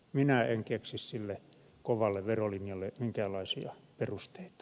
minä en keksi sille kovalle verolinjalle minkäänlaisia perusteita